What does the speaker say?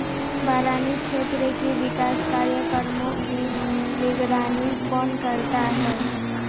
बरानी क्षेत्र के विकास कार्यक्रमों की निगरानी कौन करता है?